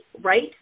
right